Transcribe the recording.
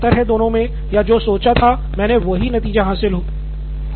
तो क्या कोई अंतर है दोनों मे या जो सोचा था मैंने वो ही नतीजा हासिल हुआ